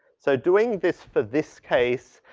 so doing this for this case,